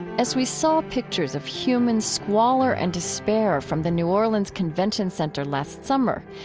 as we saw pictures of human squalor and despair from the new orleans convention center last summer,